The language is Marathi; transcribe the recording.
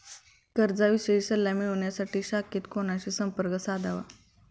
कर्जाविषयी सल्ला मिळवण्यासाठी शाखेत कोणाशी संपर्क साधावा?